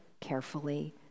carefully